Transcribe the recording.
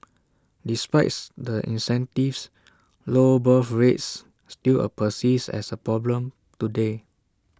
despites the incentives low birth rates still persist as A problem today